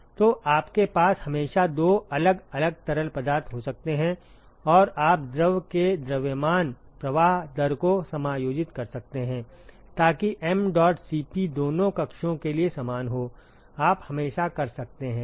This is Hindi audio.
तो आपके पास हमेशा दो अलग अलग तरल पदार्थ हो सकते हैं और आप द्रव के द्रव्यमान प्रवाह दर को समायोजित कर सकते हैं ताकि mdot Cp दोनों कक्षों के लिए समान हो आप हमेशा कर सकते हैं ठीक